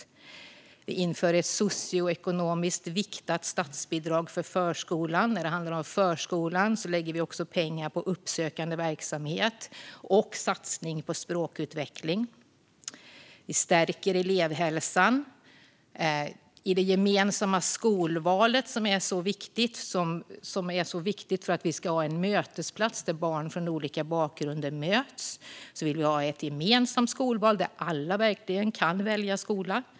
Vi inför ett socioekonomiskt viktat statsbidrag för förskolan. När det gäller förskolan lägger vi också pengar på uppsökande verksamhet och satsar på språkutveckling. Vi stärker elevhälsan i det gemensamma skolvalet. Det är viktigt att ha en mötesplats där barn med olika bakgrund möts, och därför vill vi ha ett gemensamt skolval där alla verkligen kan välja skola.